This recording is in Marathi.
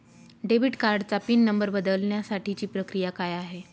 डेबिट कार्डचा पिन नंबर बदलण्यासाठीची प्रक्रिया काय आहे?